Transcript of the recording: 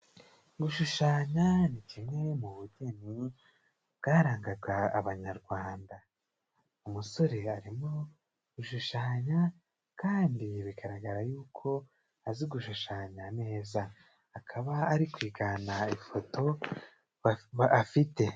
Gushushanya ni kimwe mu bugeni bwarangaga abanyarwanda, umusore arimo gushushanya kandi bigaragara yuko azi gushushanya neza akaba ari kwigana ifoto afite.